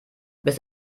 bis